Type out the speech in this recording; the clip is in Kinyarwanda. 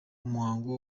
umuhango